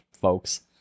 folks